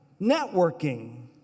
networking